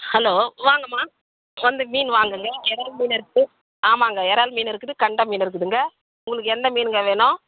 hello வாங்கம்மா வந்து மீன் வாங்குங்கள் இறால் மீன் இருக்குது ஆமாங்க இறால் மீன் இருக்குது கெண்டை மீன் இருக்குதுங்க உங்களுக்கு எந்த மீனுங்க வேணும்